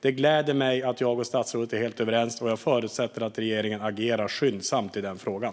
Det gläder mig att jag och statsrådet är helt överens, och jag förutsätter att regeringen agerar skyndsamt i frågan.